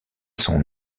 son